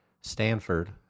Stanford